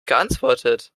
geantwortet